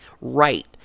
right